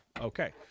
okay